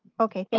okay,